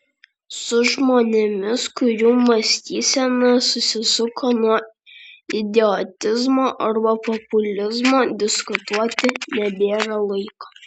su žmonėmis kurių mąstysena susisuko nuo idiotizmo arba populizmo diskutuoti nebėra laiko